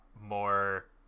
more